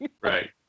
Right